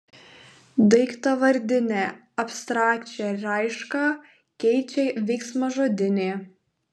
daiktavardinę abstrakčią raišką keičia veiksmažodinė